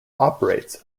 operates